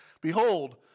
Behold